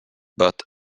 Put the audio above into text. but